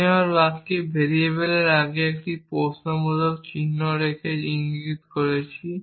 আমি আমার বাক্যে ভেরিয়েবলের আগে একটি প্রশ্নবোধক চিহ্ন রেখে ইঙ্গিত করেছি